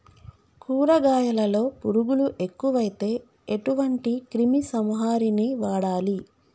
కూరగాయలలో పురుగులు ఎక్కువైతే ఎటువంటి క్రిమి సంహారిణి వాడాలి?